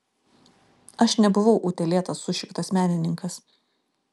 aš nebuvau utėlėtas sušiktas menininkas